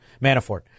Manafort